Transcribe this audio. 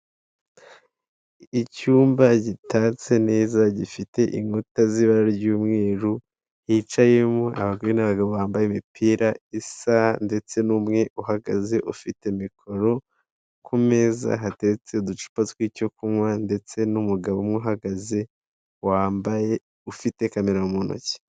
Icyumba gitatse neza gifite inkuta z'ibara ry'umweru hicayemo abagabo bambaye imipira isa ndetse n'umwe uhagaze ufite mikoro, ku meza hateretse uducupa tw'icyo kunywa ndetse n'umugabo umwe uhagaze wambaye ufite kamera mu ntoki.